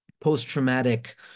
post-traumatic